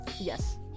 yes